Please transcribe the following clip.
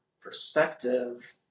perspective